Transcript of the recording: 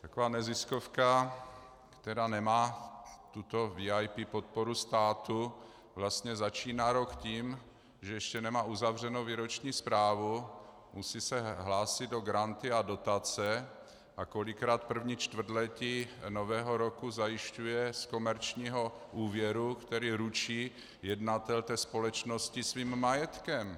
Taková neziskovka, která nemá tuto VIP podporu státu, vlastně začíná rok tím, že ještě nemá uzavřenou výroční zprávu, musí se hlásit o granty a dotace a kolikrát první čtvrtletí nového roku zajišťuje z komerčního úvěru, za který ručí jednatel společnosti svým majetkem.